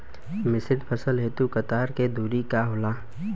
मिश्रित फसल हेतु कतार के दूरी का होला?